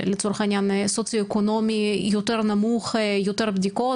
לצורך העניין סוציו אקונומי יותר נמוך יותר בדיקות?